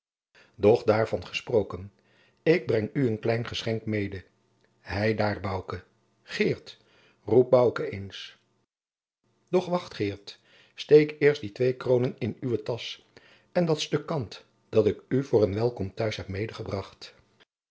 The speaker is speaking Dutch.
doch daarvan gesproken ik breng u een klein geschenk mede heidaar bouke geert roep bouke eens doch wacht geert steek eerst die twee kroonen in uwe tasch en dat stuk kant dat ik u voor een welkom t huis heb medegebracht